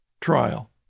trial